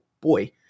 boy